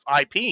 IP